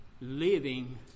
living